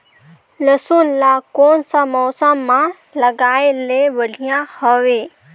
लसुन ला कोन सा मौसम मां लगाय ले बढ़िया हवे?